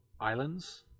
Islands